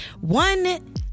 One